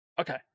Okay